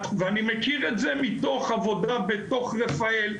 ואני מכיר את זה מתוך עבודה בתוך ישראל,